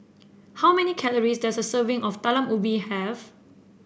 how many calories does a serving of Talam Ubi have